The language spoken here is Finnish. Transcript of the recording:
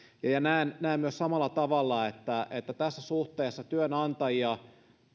ja ja näen näen samalla tavalla että että tässä suhteessa työnantajia